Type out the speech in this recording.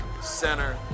center